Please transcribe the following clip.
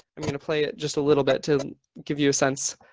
i'm going to play it, just a little bit to give you a sense.